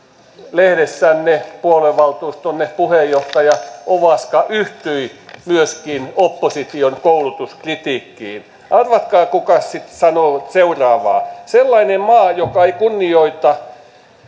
lehdessänne puoluevaltuustonne puheenjohtaja ovaska yhtyi myöskin opposition koulutuskritiikkiin arvatkaa kuka sanoo seuraavaa sellainen maa joka ei kunnioita